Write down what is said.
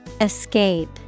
Escape